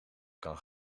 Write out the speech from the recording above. kan